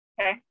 Okay